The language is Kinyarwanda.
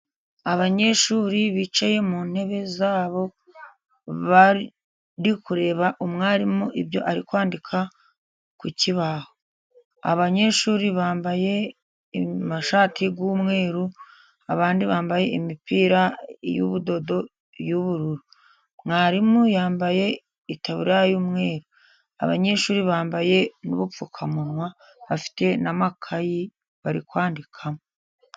Abanyeshuri bicaye mu ntebe zabo bari kureba umwarimu ibyo ari kwandika ku kibaho. Abanyeshuri bambaye amashati y'umweru abandi bambaye imipira y'ubudodo y'ubururu, mwarimu yambaye itaburiya y'umweru, abanyeshuri bambaye n'ubupfukamunwa bafite na makayi bari kwandikamo.